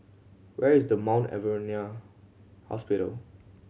where is the Mount Alvernia Hospital